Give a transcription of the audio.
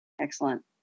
Excellent